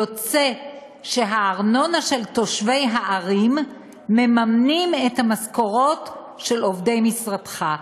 יוצא שהארנונה של תושבי הערים מממנת את המשכורות של עובדי משרדך.